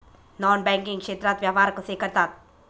Non banking क्षेत्रात व्यवहार कसे करतात?